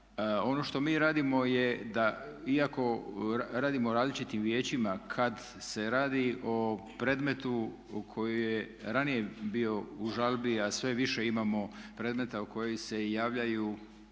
Ono što mi radimo je da iako radimo u različitim vijećima kad se radi o predmetu u koji je ranije bio u žalbi a sve više imamo predmeta u koji se javljaju,